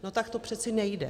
No tak to přeci nejde.